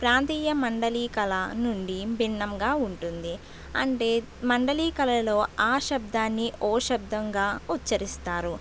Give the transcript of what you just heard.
ప్రాంతీయ మండలికల నుండి భిన్నంగా ఉంటుంది అంటే మండలికలలో ఆ శబ్దాన్ని ఓ శబ్దంగా ఉచ్చరిస్తారు